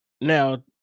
Now